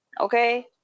Okay